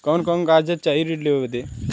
कवन कवन कागज चाही ऋण लेवे बदे?